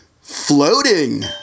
Floating